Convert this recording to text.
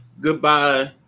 goodbye